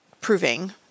proving